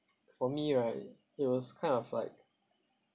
for me right it was kind of like